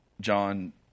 John